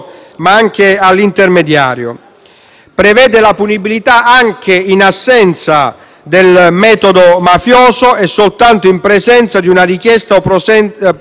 prevede la punibilità anche in assenza del metodo mafioso e soltanto in presenza di una richiesta o promessa di suffragio;